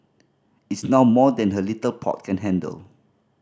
it's now more than her little pot can handle